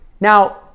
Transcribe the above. now